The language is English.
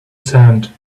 sand